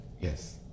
Yes